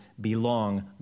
belong